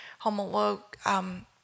homolog